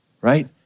right